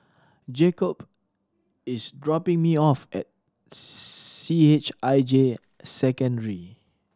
Jakobe is dropping me off at C H I J Secondary